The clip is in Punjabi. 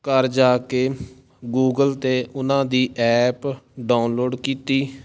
ਘਰ ਜਾ ਕੇ ਗੂਗਲ 'ਤੇ ਉਹਨਾਂ ਦੀ ਐਪ ਡਾਊਨਲੋਡ ਕੀਤੀ